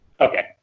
Okay